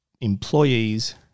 Employees